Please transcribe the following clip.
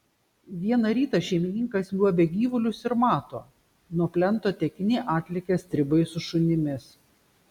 vieną rytą šeimininkas liuobia gyvulius ir mato nuo plento tekini atlekia stribai su šunimis